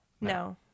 no